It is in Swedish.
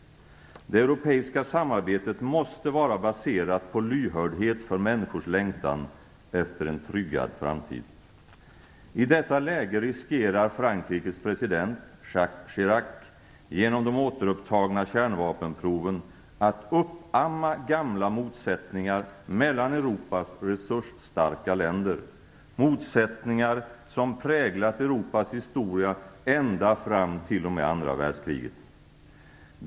Det europeiska samarbetet måste vara baserat på lyhördhet för människors längtan efter en tryggad framtid. I detta läge riskerar Frankrikes president Jacques Chirac genom de återupptagna kärnvapenproven att uppamma gamla motsättningar mellan Europas resursstarka länder, motsättningar som präglat Europas historia ända fram t.o.m. andra världskriget.